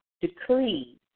decrees